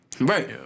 Right